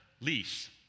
lease